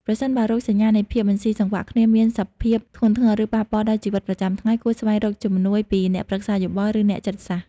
ប្រសិនបើរោគសញ្ញានៃភាពមិនស៊ីសង្វាក់គ្នាមានសភាពធ្ងន់ធ្ងរ ឬប៉ះពាល់ដល់ជីវិតប្រចាំថ្ងៃ គួរស្វែងរកជំនួយពីអ្នកប្រឹក្សាយោបល់ ឬអ្នកចិត្តសាស្រ្ត។